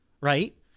right